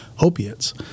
opiates